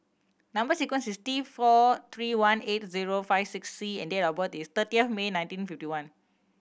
number sequence is T four three one eight zero five six C and date of birth is thirtieth May nineteen fifty one